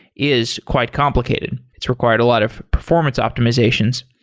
is quite complicated. it's required a lot of performance optimizations.